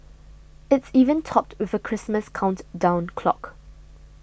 it's even topped with a Christmas countdown clock